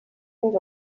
fins